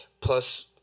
plus